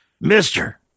Mister